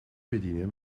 bedienen